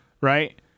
right